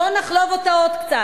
בוא נחלוב אותה עוד קצת.